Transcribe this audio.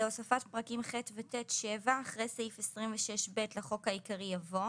הוספת פרקיםח' ו־ט' 7. אחרי סעיף 26ב לחוק העיקרי יבוא: